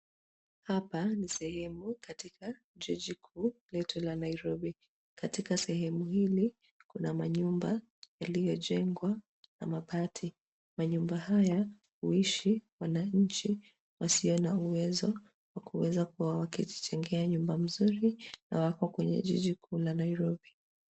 Hapa ni sehemu katika jiji kuu letu la Nairobi. Katika sehemu hili kuna manyumba yaliyojengwa kwa mabati. Manyumba haya huishi wananchi wasio na uwezo wa kuweza kujijengea nyumba nzuri na wako kwenye jiji kuu la Nairobi.